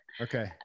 Okay